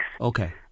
Okay